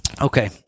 Okay